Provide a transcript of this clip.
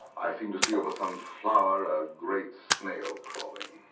i seem to see over some flower a great snail crawling.